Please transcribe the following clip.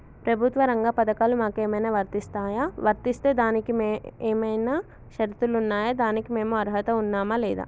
ప్రభుత్వ రంగ పథకాలు మాకు ఏమైనా వర్తిస్తాయా? వర్తిస్తే దానికి ఏమైనా షరతులు ఉన్నాయా? దానికి మేము అర్హత ఉన్నామా లేదా?